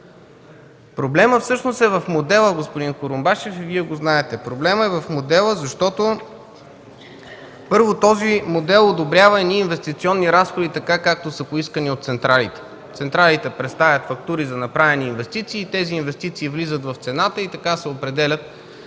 Проблемът всъщност е в модела, господин Курумбашев, и Вие го знаете. Проблемът е в модела, защото, първо, този модел одобрява едни инвестиционни разходи, както са поискани от централите. Централите представят фактури за направени инвестиции, тези инвестиции влизат в цената и така се определят